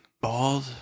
bald